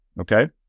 Okay